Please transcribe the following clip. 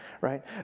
right